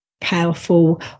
powerful